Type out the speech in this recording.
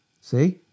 See